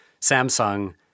Samsung